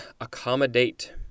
accommodate